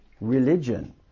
religion